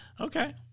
okay